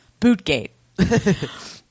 Bootgate